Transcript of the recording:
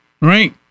right